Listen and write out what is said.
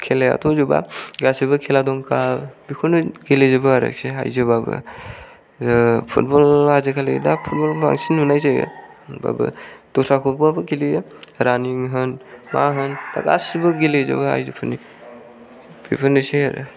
खेलायाथ' जोबा गासैबो खेला दं बेखौनो गेलजोबो आरोखि आयजोबाबो फुटबल आजिखालि दा फुटबल बांसिन नुनाय जायो होमबाबो दस्राखौबाबो गेलेयो रानिं होन मा होन दा गासैबो गेलेजोबो आयजोफोरनि बेफोरनोसै आरो